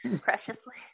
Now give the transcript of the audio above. preciously